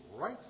right